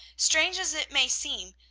strange as it may seem,